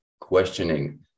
questioning